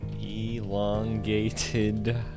Elongated